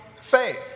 Faith